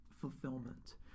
fulfillment